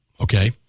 okay